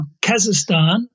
Kazakhstan